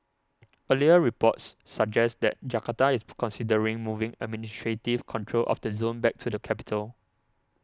earlier reports suggest that Jakarta is considering moving administrative control of the zone back to the capital